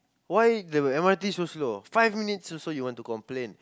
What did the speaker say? why the M_R_T so slow five minutes also you want to complain